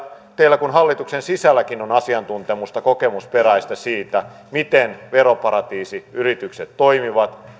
teillä hallituksen sisälläkin on kokemusperäistä asiantuntemusta siitä miten veroparatiisiyritykset toimivat niin